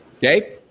Okay